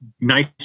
nice